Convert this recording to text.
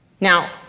Now